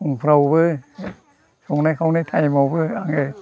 फुंफ्रावबो संनाय खावनाय टाइमावबो आङो